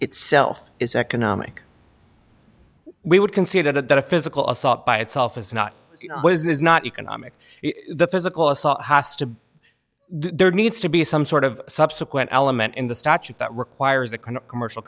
itself is economic we would consider that a physical assault by itself is not is not economic the physical assault has to be there needs to be some sort of subsequent element in the statute that requires a kind of commercial